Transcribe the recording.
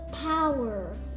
power